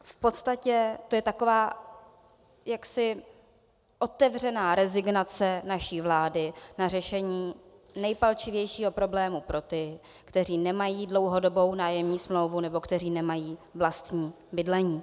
V podstatě je to taková jaksi otevřená rezignace naší vlády na řešení nejpalčivějšího problému pro ty, kteří nemají dlouhodobou nájemní smlouvu nebo kteří nemají vlastní bydlení.